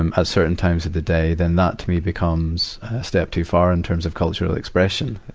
and ah certain times of the day, then that, to me, becomes a step too far in terms of cultural expression.